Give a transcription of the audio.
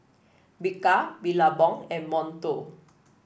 Bika Billabong and Monto